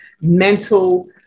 mental